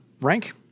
rank